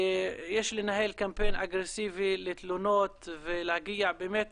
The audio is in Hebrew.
יש לנהל קמפיין אגרסיבי לתלונות, ולהגיע באמת